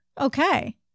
Okay